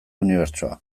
unibertsoa